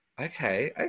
okay